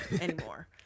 anymore